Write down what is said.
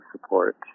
support